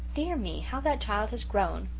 dear me, how that child has grown!